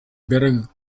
better